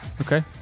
Okay